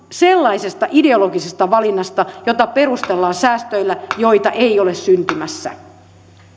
sellaisesta ideologisesta valinnasta jota perustellaan säästöillä joita ei ole syntymässä